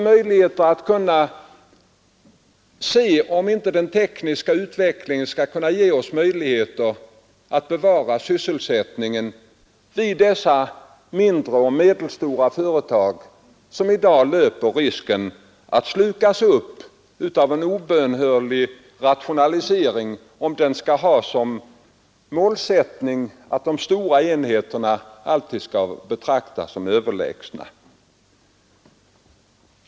Kan inte den tekniska utvecklingen ge oss möjlighet att bevara sysselsättningen i de mindre och medelstora företag som i dag löper risk att slukas upp av en obönhörlig rationalisering, såvida den skall ha såsom målsättning att de stora enheterna alltid skall betraktas som överlägsna?